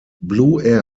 blue